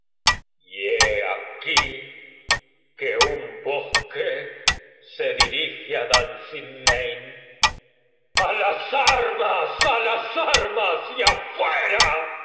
que un bosque se dirige á dunsinane a las armas á las armas y afuera